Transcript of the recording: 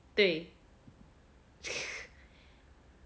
对